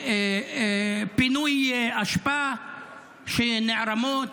פינוי אשפה שנערמת,